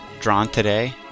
drawntoday